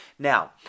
Now